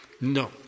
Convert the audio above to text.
no